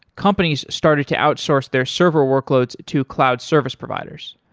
companies started to outsource their server workloads to cloud service providers.